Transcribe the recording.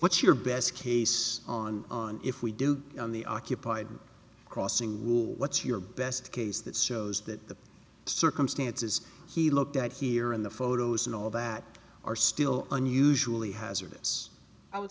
what's your best case on on if we do on the occupied crossing rule what's your best case that shows that the circumstances he looked at here in the photos and all that are still unusually hazardous i would